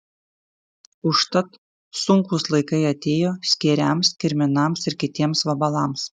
užtat sunkūs laikai atėjo skėriams kirminams ir kitiems vabalams